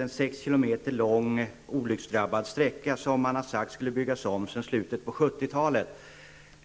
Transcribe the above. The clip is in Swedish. Det är en 6 km lång olycksdrabbad sträcka. Man har sedan slutet av 1970-talet sagt att den skall byggas